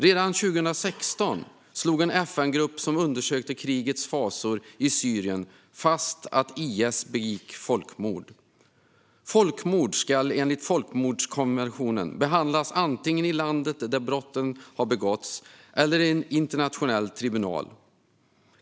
Redan 2016 slog en FN-grupp som undersökte krigets fasor i Syrien fast att IS begick folkmord. Folkmord ska enligt folkmordskonventionen behandlas antingen i det land där brotten har begåtts eller i en internationell tribunal.